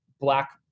black